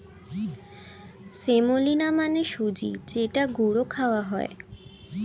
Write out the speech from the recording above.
semolina মানে সুজি যেটা গুঁড়ো খাওয়া হয়